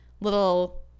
little